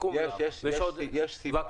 --- יש סיבה.